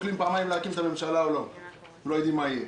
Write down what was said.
הם לא יודעים מה יהיה.